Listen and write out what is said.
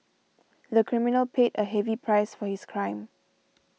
the criminal paid a heavy price for his crime